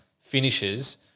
finishes